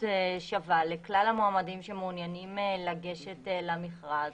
שווה לכלל המועמדים שמעוניינים לגשת למכרז